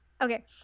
Okay